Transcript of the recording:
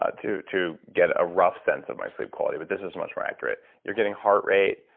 ah to to get a rough sense of my sleep quality, but this is much more accurate. you're getting heart rate,